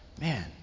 Man